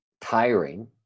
tiring